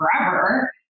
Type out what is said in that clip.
forever